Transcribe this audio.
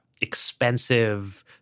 expensive